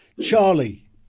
Charlie